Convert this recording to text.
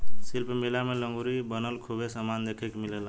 शिल्प मेला मे लुगरी के बनल खूबे समान देखे के मिलेला